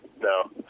No